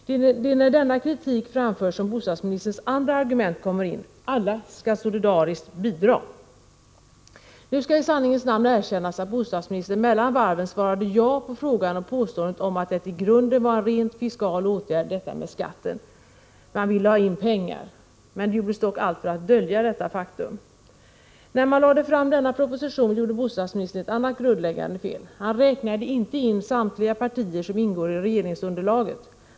Det är när denna kritik framförs som bostadsministerns andra argument kommer in: alla skall solidariskt bidra. Nu skall i sanningens namn erkännas att bostadsministern mellan varven svarade ja på frågan och påståendet om att det i grunden var en rent fiskal åtgärd, detta med skatten. Man ville ha in pengar. Det gjordes dock allt för att dölja detta faktum. När man lade fram denna proposition gjorde bostadsministern ett annat grundläggande fel. Han räknade inte in samtliga partier som ingår i regeringsunderlaget.